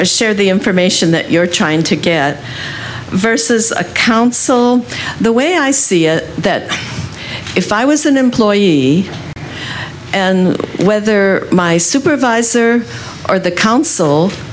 i share the information that you're trying to get versus a council the way i see that if i was an employee and whether my supervisor or the council